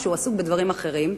או שהוא עסוק בדברים אחרים,